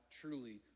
truly